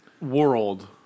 world